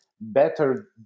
better